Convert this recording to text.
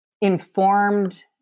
informed